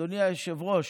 אדוני היושב-ראש,